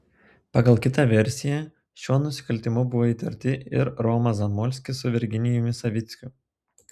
pagal kitą versiją šiuo nusikaltimu buvo įtarti ir romas zamolskis su virginijumi savickiu